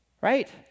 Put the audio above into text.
right